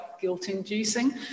guilt-inducing